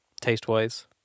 taste-wise